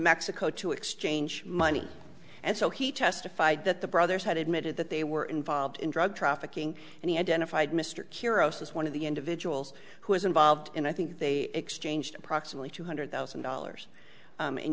mexico to exchange money and so he testified that the brothers had admitted that they were involved in drug trafficking and he identified mr curiosus one of the individuals who was involved in i think they exchanged approximately two hundred thousand dollars